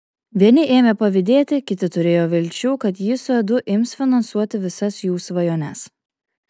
vieni ėmė pavydėti kiti turėjo vilčių kad ji su edu ims finansuoti visas jų svajones